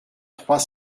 trois